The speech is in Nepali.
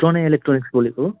सोनी इलेक्ट्रोनिक्स बोलेको हो